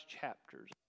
chapters